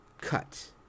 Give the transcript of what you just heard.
cut